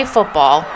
Football